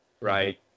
Right